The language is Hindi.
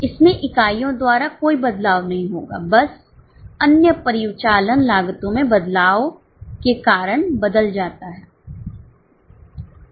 इसमें इकाइयों द्वारा कोई बदलाव नहीं होगा बस अन्य परिचालन लागतो में बदलाव के कारण बदल जाता है